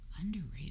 Underrated